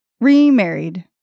remarried